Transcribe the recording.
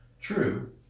True